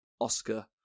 Oscar